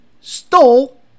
stole